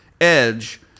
Edge